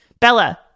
Bella